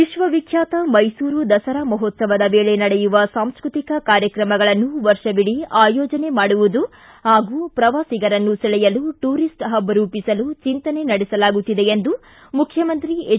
ವಿಕ್ವವಿಖ್ಯಾತ ಮೈಸೂರು ದಸರಾ ಮಹೋತ್ಸವದ ವೇಳೆ ನಡೆಯುವ ಸಾಂಸ್ಕೃತಿಕ ಕಾರ್ಯಕ್ರಮಗಳನ್ನು ವರ್ಷವಿಡಿ ಆಯೋಜನೆ ಮಾಡುವುದು ಮತ್ತು ಪ್ರವಾಸಿಗರನ್ನು ಸೆಳೆಯಲು ಟೂರಿಸ್ಟ್ ಹಬ್ ರೂಪಿಸಲು ಚಿಂತನೆ ನಡೆಸಲಾಗುತ್ತಿದೆ ಎಂದು ಮುಖ್ಯಮಂತ್ರಿ ಹೆಚ್